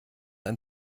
ein